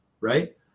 Right